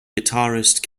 guitarist